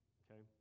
okay